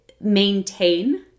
maintain